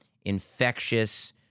infectious